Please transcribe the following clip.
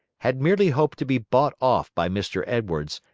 had merely hoped to be bought off by mr. edwards,